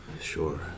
sure